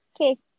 Okay